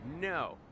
No